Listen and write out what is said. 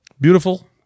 beautiful